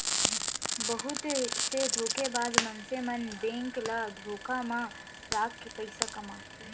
बहुत से धोखेबाज मनसे मन बेंक ल धोखा म राखके पइसा कमाथे